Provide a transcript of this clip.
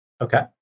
Okay